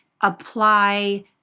apply